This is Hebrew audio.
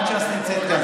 סיעת ש"ס נמצאת כאן,